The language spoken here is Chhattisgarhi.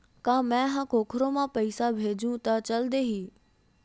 का मै ह कोखरो म पईसा भेजहु त चल देही?